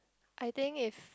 I think if